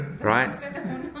Right